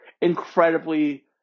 incredibly